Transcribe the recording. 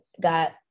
got